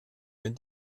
wenn